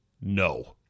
no